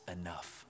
enough